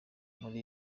muri